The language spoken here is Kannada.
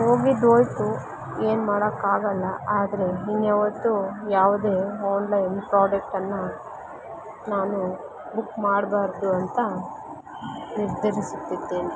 ಹೋಗಿದ್ ಹೋಯ್ತು ಏನು ಮಾಡೊಕ್ಕಾಗಲ್ಲ ಆದರೆ ಇನ್ಯಾವತ್ತೂ ಯಾವುದೇ ಆನ್ಲೈನ್ ಪ್ರೋಡಕ್ಟನ್ನು ನಾನು ಬುಕ್ ಮಾಡಬಾರ್ದು ಅಂತ ನಿರ್ಧರಿಸುತ್ತಿದ್ದೇನೆ